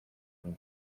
and